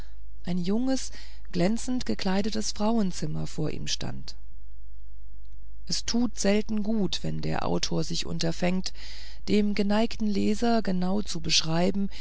ein junges glänzend gekleidetes frauenzimmer vor ihm stand es tut selten gut wenn der autor sich unterfängt dem geneigten leser genau zu beschreiben